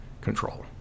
control